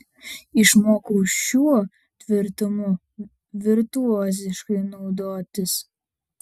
išmokau šiuo tvirtumu virtuoziškai naudotis